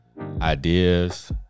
ideas